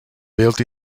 built